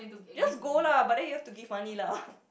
just go lah but then you have to give money lah